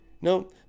No